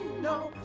know